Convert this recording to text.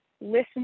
listen